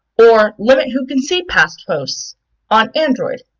or limit who can see past posts on android.